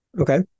okay